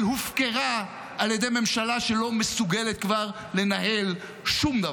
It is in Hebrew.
הופקרה על ידי ממשלה שכבר לא מסוגלת לנהל שום דבר.